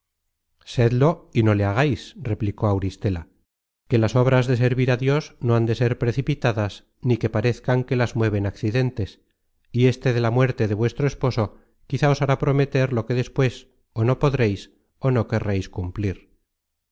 sedlo y no le hagais replicó auristela que las obras de servir á dios no han de ser precipitadas ni que parezcan que las mueven accidentes y éste de la muerte de vuestro esposo quizá os hará prometer lo que después ó no podreis ó no querreis cumplir